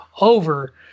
over